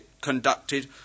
conducted